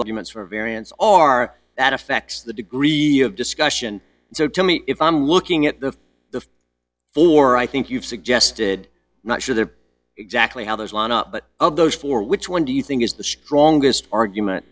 documents for a variance are that affects the degree of discussion so tell me if i'm looking at the the four i think you've suggested not sure there exactly how there's one up but of those four which one do you think is the strongest argument